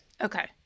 Okay